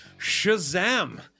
Shazam